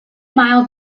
mile